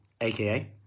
AKA